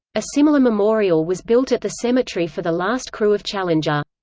a similar memorial was built at the cemetery for the last crew of challenger.